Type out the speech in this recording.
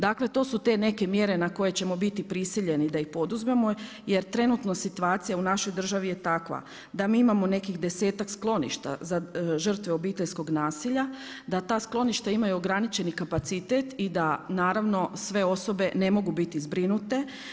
Dakle to su te neke mjere na koje ćemo biti prisiljeni da ih poduzmemo jer trenutno situacija u našoj državi je takva da mi imamo nekih 10-ak skloništa za žrtve obiteljskog nasilja, da ta skloništa imaju ograničeni kapacitet i da naravno sve osobe ne mogu biti zbrinute.